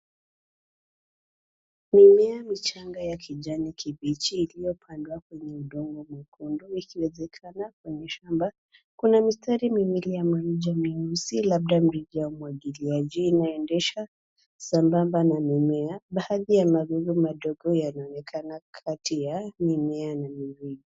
Mimea michanga ya kijani kibichi iliyopandwa kwenye udongo mwekundu ikiwezekana kwenye shamba. Kuna mistari miwili ya mirija mieusi labda mirija ya umwagiliaji inaendesha sambamba na mimea, baadhi ya magugu madogo yanaonekana kati ya mimea miwili.